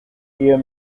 y’iyo